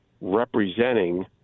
representing